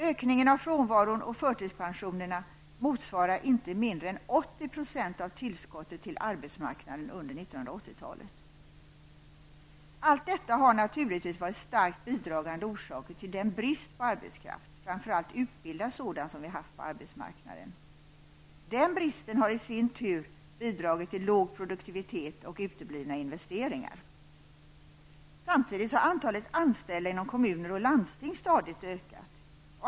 Ökningen av frånvaron och förtidspensionerna motsvarar inte mindre än 80 % av tillskottet till arbetsmarknaden under 1980-talet. Allt detta har naturligtvis varit starkt bidragande orsaker till den brist på arbetskraft, framför allt utbildad sådan, som vi haft på arbetsmarknaden. Den bristen har i sin tur bidragit till låg produktivitet och uteblivna investeringar. Samtidigt har antalet anställda inom kommuner och landsting stadigt ökat.